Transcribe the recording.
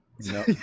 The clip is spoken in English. No